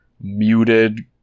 muted